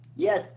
Yes